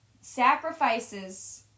sacrifices